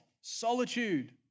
solitude